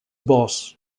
boss